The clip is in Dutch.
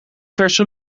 verse